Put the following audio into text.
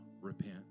repent